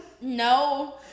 No